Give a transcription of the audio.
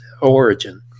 origin